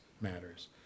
matters